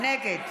נגד